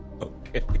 Okay